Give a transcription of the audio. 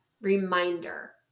reminder